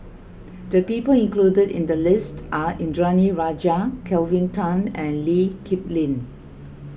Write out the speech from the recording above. the people included in the list are Indranee Rajah Kelvin Tan and Lee Kip Lin